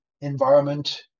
environment